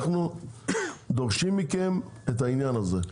אנחנו דורשים מכם את העניין הזה.